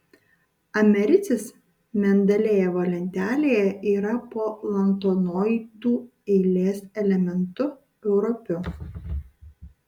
americis mendelejevo lentelėje yra po lantanoidų eilės elementu europiu